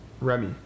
Remy